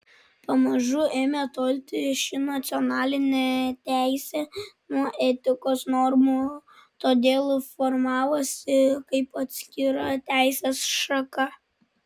pamažu ėmė tolti ši nacionalinė teisė nuo etikos normų todėl formavosi kaip atskira teisės šaka